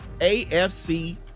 AFC